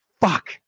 fuck